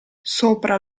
sopra